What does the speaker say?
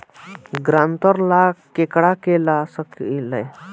ग्रांतर ला केकरा के ला सकी ले?